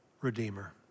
redeemer